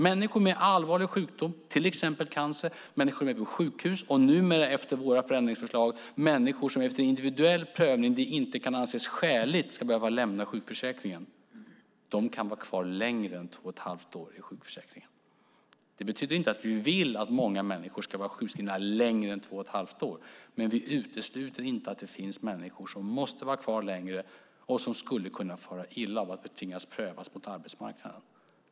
Människor med allvarlig sjukdom, till exempel cancer, människor på sjukhus och numera, efter våra förändringsförslag, människor för vilka det efter individuell prövning inte kan anses skäligt att de ska behöva lämna sjukförsäkringen kan vara kvar längre än två och ett halvt år i sjukförsäkringen. Det betyder inte att vi vill att många människor ska vara sjukskrivna längre än två och ett halvt år. Men vi utesluter inte att det finns människor som måste vara kvar längre och som skulle kunna fara illa av att tvingas prövas mot arbetsmarknaden.